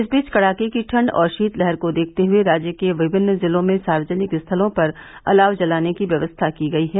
इस बीच कड़ाके की ठंड और शीतलहर को देखते हुये राज्य के विभिन्न जिलों में सार्वजनिक स्थलों पर अलाव जलाने की व्यवस्था की गयी है